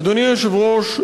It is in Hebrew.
אדוני היושב-ראש,